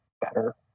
better